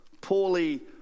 poorly